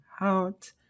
out